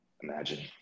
imagine